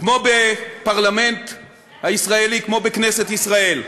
כמו בפרלמנט הישראלי, כמו בכנסת ישראל.